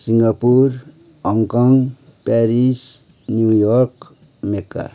Singapore Hong Kong Paris New York Mecca